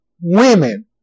women